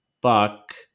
Buck